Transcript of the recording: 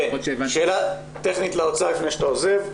שאלה טכנית לאוצר לפני שאתה עוזב,